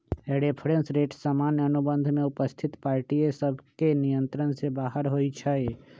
reference rate सामान्य अनुबंध में उपस्थित पार्टिय सभके नियंत्रण से बाहर होइ छइ